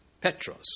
Petros